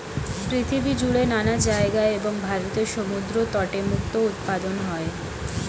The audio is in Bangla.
পৃথিবী জুড়ে নানা জায়গায় এবং ভারতের সমুদ্র তটে মুক্তো উৎপাদন হয়